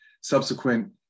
subsequent